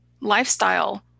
lifestyle